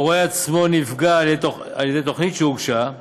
הרואה עצמו נפגע על ידי תוכנית שהוגשה,